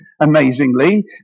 amazingly